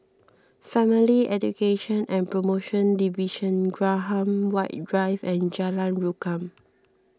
Family Education and Promotion Division Graham White Drive and Jalan Rukam